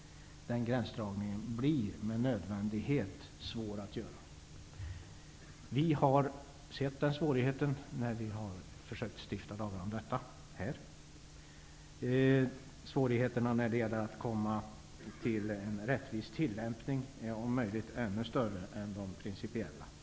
Den gränsdragningen blir med nödvändighet svår att göra. Vi har sett den svårigheten när vi här i riksdagen har försökt att stifta lagar om detta. Svårigheterna med en rättvis tillämpning är om möjligt ännu större än med de principiella frågorna.